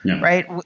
right